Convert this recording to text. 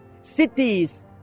Cities